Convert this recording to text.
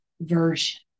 version